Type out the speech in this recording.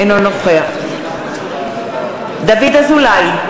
אינו נוכח דוד אזולאי,